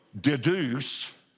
deduce